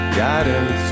guidance